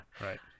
right